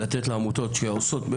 לתת לעמותות שעושות,